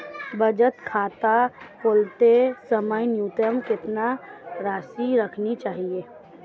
बचत खाता खोलते समय न्यूनतम कितनी राशि रखनी चाहिए?